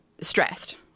stressed